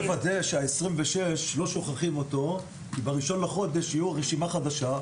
מי מוודא שה-26 לא שוכחים אותו כי ב-1 בחודש יהיו רשימה חדשה?